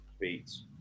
beats